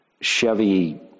Chevy